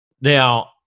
Now